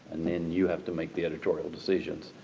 and then you have to make the editorial decisions.